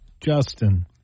Justin